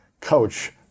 coach